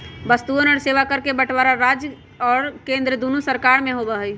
वस्तुअन और सेवा कर के बंटवारा राज्य और केंद्र दुन्नो सरकार में होबा हई